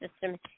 system